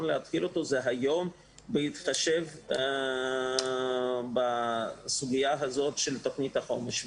להתחיל אותו זה היום בהתחשב בסוגיה הזאת של תכנית החומש.